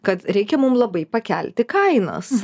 kad reikia mum labai pakelti kainas